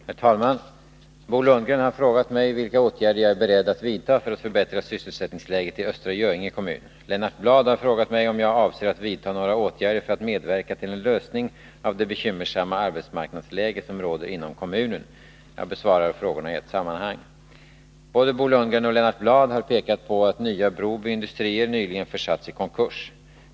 Herr talman! Bo Lundgren har frågat mig vilka åtgärder jag är beredd att vidta för att förbättra sysselsättningsläget i Östra Göinge kommun. att förbättra sysselsättningen i Östra Göinge medverka till en lösning av det bekymmersamma arbetsmarknadsläge som råder inom kommunen. Jag besvarar frågorna i ett sammanhang. Både Bo Lundgren och Lennart Bladh har pekat på att Nya Broby Industrier AB nyligen försatts i konkurs.